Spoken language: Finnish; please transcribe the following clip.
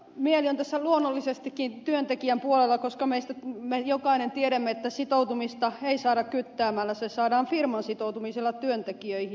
mieli on tässä luonnollisestikin työntekijän puolella koska me jokainen tiedämme että sitoutumista ei saada kyttäämällä se saadaan firman sitoutumisella työntekijöihin